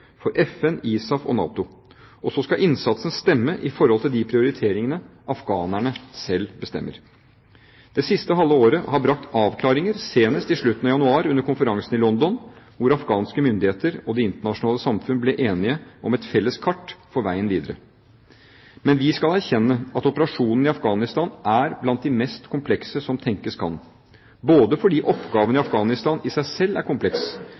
for FN, ISAF og NATO. Og så skal innsatsen stemme i forhold til de prioriteringene afghanerne selv bestemmer. Det siste halve året har brakt avklaringer – senest i slutten av januar under konferansen i London hvor afghanske myndigheter og det internasjonale samfunn ble enige om et felles kart for veien videre. Men vi skal erkjenne at operasjonen i Afghanistan er blant de mest komplekse som tenkes kan, både fordi oppgaven i Afghanistan i seg selv er kompleks